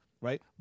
Right